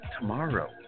tomorrow